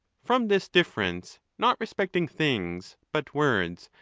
from this difference, not respecting things, but words,